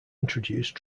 introduced